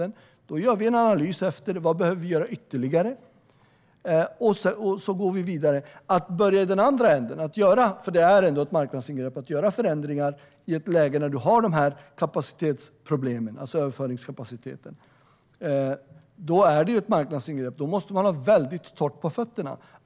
Efter det gör vi en analys av vad vi ytterligare behöver göra för att gå vidare. Om man skulle börja i den andra änden och göra förändringar i ett läge när man har problem med överföringskapaciteten måste man ha väldigt torrt på fötterna, eftersom det skulle innebära ett marknadsingrepp.